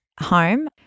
home